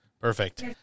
Perfect